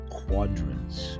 quadrants